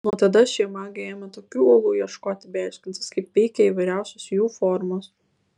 nuo tada šie magai ėmė tokių olų ieškoti bei aiškintis kaip veikia įvairiausios jų formos